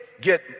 get